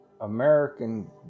American